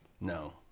No